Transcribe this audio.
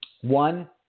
One